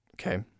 okay